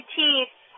teeth